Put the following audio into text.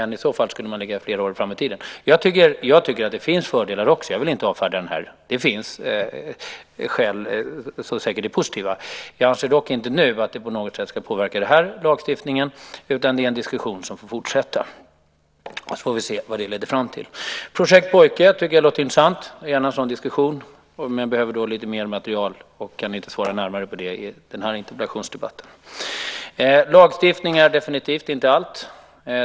I så fall skulle man hamna flera år framåt i tiden. Jag tycker att det också finns fördelar, och jag vill inte avfärda den här lagen. Det finns säkert positiva skäl för den. Jag anser dock inte nu att det på något sätt ska påverka den här lagstiftningen utan det är en diskussion som får fortsätta, så får vi se vad det leder fram till. Jag tycker att projektet Pojke låter intressant. Jag vill gärna ha en sådan diskussion, men jag behöver då lite mer material och kan inte svara närmare på det i den här interpellationsdebatten. Lagstiftning är definitivt inte allt.